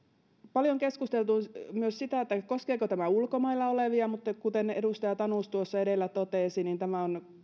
paljon on keskusteltu myös siitä koskeeko tämä ulkomailla olevia kuten edustaja tanus tuossa edellä totesi tämä koskee